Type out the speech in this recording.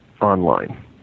online